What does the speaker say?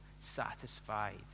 satisfied